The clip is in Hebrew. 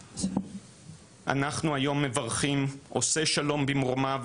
אנחנו היום מברכים: עושה שלום במרומיו,